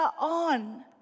on